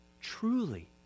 Truly